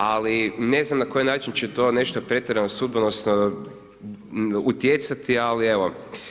Ali ne znam na koji način će to nešto pretjerano sudbonosno utjecati, ali evo.